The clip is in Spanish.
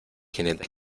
jinetes